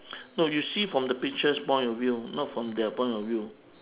no you see from the pictures point of view not from their point of view